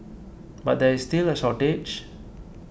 but there is still a shortage